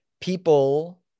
people